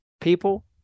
people